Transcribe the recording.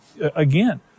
Again